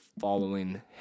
following